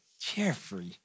Jeffrey